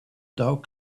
doug